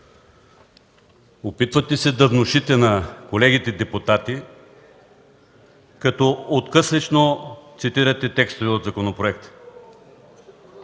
Опитвате се да внушите на колегите депутати като откъслечно цитирате текстове от законопроекта,